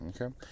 Okay